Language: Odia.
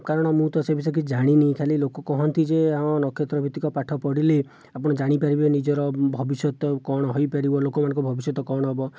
କାରଣ ମୁଁ ତ ସେ ବିଷୟରେ କିଛି ଜାଣିନାହିଁ ଖାଲି ଲୋକ କହନ୍ତି ଯେ ହଁ ନକ୍ଷତ୍ରଭିତ୍ତିକ ପାଠ ପଢ଼ିଲେ ଆପଣ ଜାଣିପାରିବେ ନିଜର ଭବିଷ୍ୟତ କ'ଣ ହୋଇପାରିବ ଲୋକମାନଙ୍କ ଭବିଷ୍ୟତ କ'ଣ ହେବ